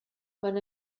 quan